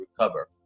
recover